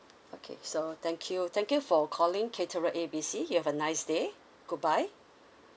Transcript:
okay so thank you thank you for calling caterer A B C you have a nice day goodbye